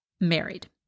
married